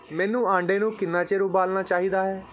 ਮੈਨੂੰ ਅੰਡੇ ਨੂੰ ਕਿੰਨਾ ਚਿਰ ਉਬਾਲਣਾ ਚਾਹੀਦਾ ਹੈ